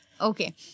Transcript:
Okay